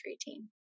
team